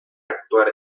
actuar